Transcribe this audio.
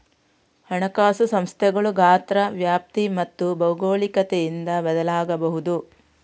ಹಣಕಾಸು ಸಂಸ್ಥೆಗಳು ಗಾತ್ರ, ವ್ಯಾಪ್ತಿ ಮತ್ತು ಭೌಗೋಳಿಕತೆಯಿಂದ ಬದಲಾಗಬಹುದು